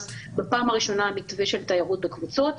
בפעם הראשונה המתווה של תיירות בקבוצות,